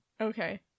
Okay